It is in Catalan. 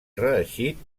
reeixit